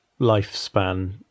lifespan